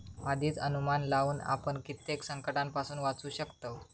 आधीच अनुमान लावुन आपण कित्येक संकंटांपासून वाचू शकतव